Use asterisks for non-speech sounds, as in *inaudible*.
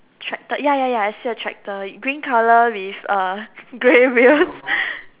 tractor ya ya ya I see a tractor green colour with uh grey wheels *laughs*